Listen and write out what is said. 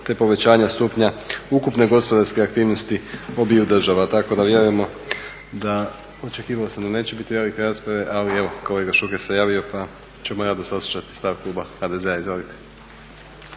te povećanja stupnja ukupne gospodarske aktivnosti obiju država. Tako da vjerujemo, očekivao sam da neće biti …/Govornik se ne razumije./… rasprave ali evo, kolega Šuker se javio pa ćemo rado saslušati stav Kluba HDZ-a, izvolite.